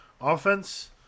offense